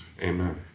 Amen